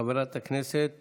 חברת הכנסת